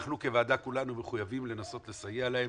אנחנו כוועדה, כולנו מחויבים לנסות לסייע להם